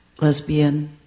lesbian